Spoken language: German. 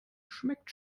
schmeckt